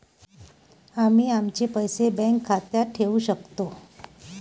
आम्ही आमचे पैसे बँक खात्यात ठेवू शकतो